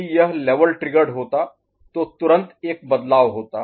यदि यह level triggered होता तो तुरंत एक बदलाव होता